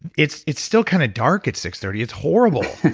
it's it's still kind of dark at six thirty, it's horrible.